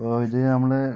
നമ്മൾ